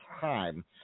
time